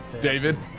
David